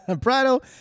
prado